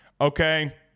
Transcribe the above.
okay